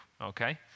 Okay